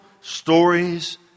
stories